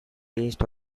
based